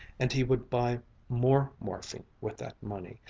and he would buy more morphine with that money,